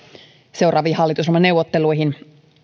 seuraaviin hallitusohjelmaneuvotteluihin